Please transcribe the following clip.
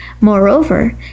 Moreover